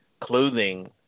clothing